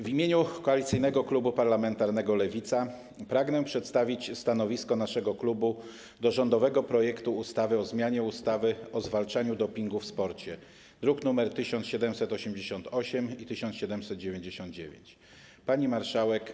W imieniu Koalicyjnego Klubu Parlamentarnego Lewicy pragnę przedstawić stanowisko naszego klubu wobec rządowego projektu ustawy o zmianie ustawy o zwalczaniu dopingu w sporcie, druki nr 1788 i 1799. Pani Marszałek!